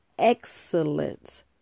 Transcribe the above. excellent